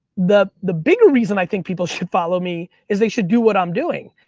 the the bigger reason i think people should follow me is they should do what i'm doing.